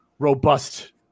robust